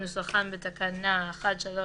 כנוסחם בתקנה 1(3),